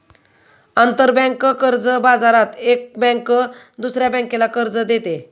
आंतरबँक कर्ज बाजारात एक बँक दुसऱ्या बँकेला कर्ज देते